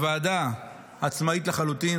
הוועדה עצמאית לחלוטין,